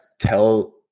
tell